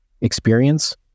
experience